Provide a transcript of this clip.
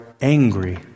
angry